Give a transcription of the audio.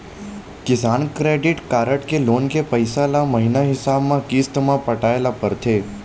किसान credit card के loan के पइसा ल महिना हिसाब म किस्त म पटाए ल परथे